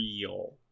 real